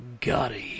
Gotti